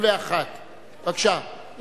51). בבקשה,